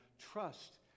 trust